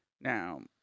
now